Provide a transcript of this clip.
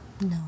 no